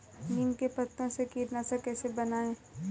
नीम के पत्तों से कीटनाशक कैसे बनाएँ?